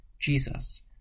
Jesus